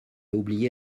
oublié